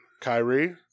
Kyrie